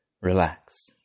relax